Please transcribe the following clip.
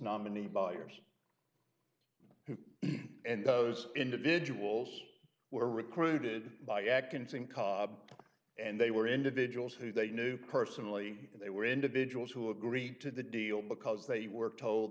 nominee buyers who and those individuals were recruited by akon same cobb and they were individuals who they knew personally they were individuals who agreed to the deal because they were told